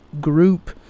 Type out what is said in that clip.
group